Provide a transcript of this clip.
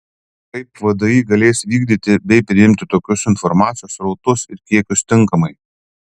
kaip vdi galės vykdyti bei priimti tokius informacijos srautus ir kiekius tinkamai